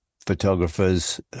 photographers